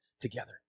together